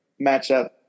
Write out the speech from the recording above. matchup